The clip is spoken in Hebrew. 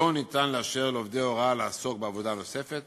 לא ניתן לאשר לעובדי הוראה לעסוק בעבודה נוספת